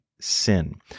sin